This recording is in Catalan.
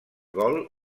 gol